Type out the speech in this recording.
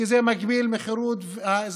כי זה מגביל את חירות האזרחים,